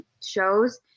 shows